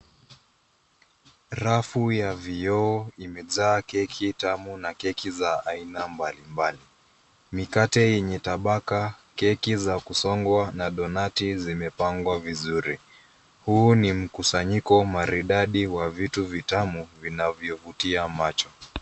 Rafu ya vioo imejaa keki tamu na keki za aina mbalimbali. Mikate yenye tabaka keki za kusongwa na donati zimepangwa vizuri. Huu ni mkusanyiko maridadi wa vitu vitamu vinavyovutia macho.